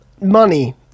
money